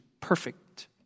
perfect